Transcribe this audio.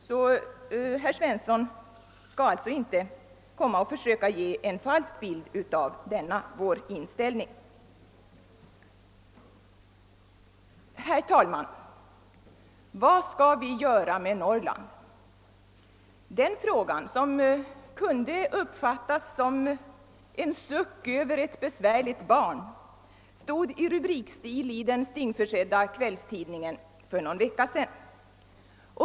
Herr Svensson skall alltså inte här försöka ge en falsk bild av vår inställning. Herr talman! Vad skall vi göra med Norrland? Den frågan, som kunde uppfattas som en suck över ett besvärligt barn, stod i rubrikstil i den stingförsedda kvällstidningen för någon vecka sedan.